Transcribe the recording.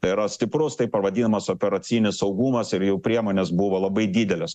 tai yra stiprus taip pavadinamas operacinis saugumas ir jų priemonės buvo labai didelės